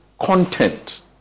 content